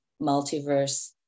multiverse